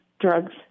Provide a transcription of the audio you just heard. drugs